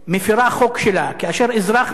כאשר אזרח מפר חוק, מה עושים?